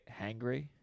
hangry